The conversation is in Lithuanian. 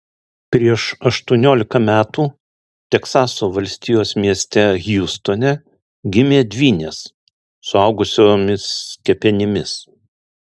prieš aštuoniolika metų teksaso valstijos mieste hjustone gimė dvynės suaugusiomis kepenimis